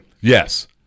Yes